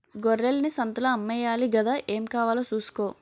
గొర్రెల్ని సంతలో అమ్మేయాలి గదా ఏం కావాలో సూసుకో